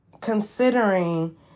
considering